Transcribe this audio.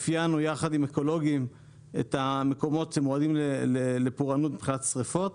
אפיינו יחד עם אקולוגים את המקומות שמועדים לפורענות מבחינת שריפות,